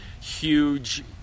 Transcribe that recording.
huge